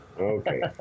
Okay